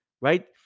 right